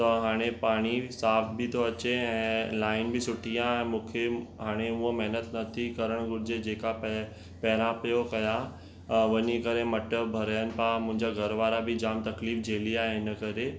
त हाणे पाणी साफ़ बि थो अचे ऐं लाइन बि सुठी आहे ऐं मूंखे हाणे उहा महिनत नथी करणु घुरिजे जेका पै पहिरां पियो कयां ऐं वञी करे मट भरियनि पिया मुंहिंजा घरवारा बि जामु तकलीफ़ झेली आहे हिन करे